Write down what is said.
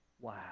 wow